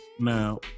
now